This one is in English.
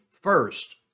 first